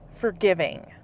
forgiving